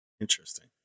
Interesting